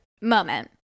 Moment